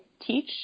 teach